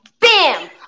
Bam